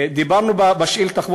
דיברנו בשאילתה,